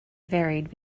varied